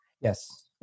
Yes